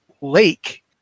lake